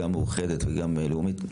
גם מאוחדת וגם לאומית,